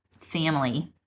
family